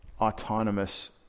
autonomous